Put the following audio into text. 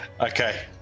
Okay